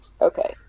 Okay